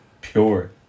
Pure